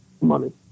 money